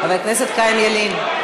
חבר הכנסת חיים ילין,